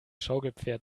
schaukelpferd